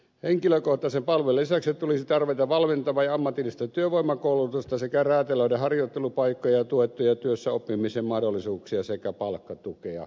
henkilökohtaisen palvelun lisäksi tulisi tarjota valmentavaa ja ammatillista työvoimakoulutusta sekä räätälöidä harjoittelupaikkoja ja tuettuja työssäoppimisen mahdollisuuksia sekä palkkatukea